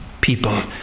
people